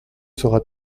sera